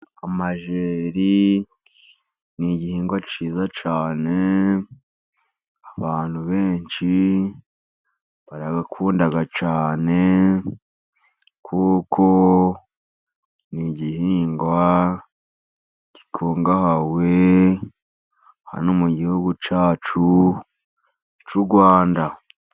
Amajeri ni igihingwa cyiza cyane. Abantu benshi barayakunda cyane, kuko ni igihingwa gikungahaye hano mu gihugu cyacu cy'u Rwanda.